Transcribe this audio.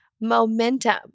momentum